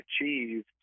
achieved